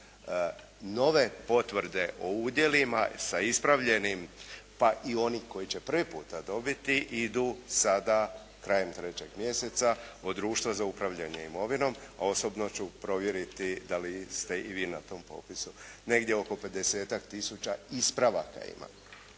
Nove potvrde o udjelima sa ispravljenim pa i oni koji će prvi puta dobiti idu sada krajem 3. mjeseca od Društva za upravljanje imovinom a osobno ću provjeriti da li ste i vi na tom popisu. Negdje oko pedesetak tisuća ispravaka ima.